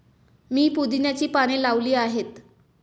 मी पुदिन्याची पाने लावली आहेत